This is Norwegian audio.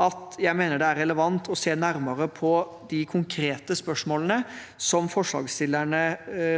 at jeg mener det er relevant å se nærmere på de konkrete spørsmålene som forslagsstillerne